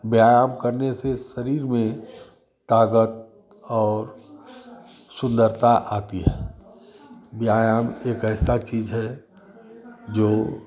व्यायाम करने से शरीर में ताकत और सुन्दरता आती है व्यायाम एक ऐसी चीज़ है जो